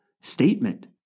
statement